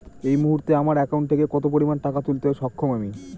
এই মুহূর্তে আমার একাউন্ট থেকে কত পরিমান টাকা তুলতে সক্ষম আমি?